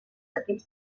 equips